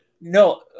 No